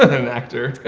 an actor,